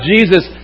Jesus